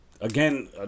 again